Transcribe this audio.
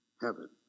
heaven